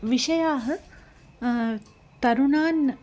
विषयाः तरुणान्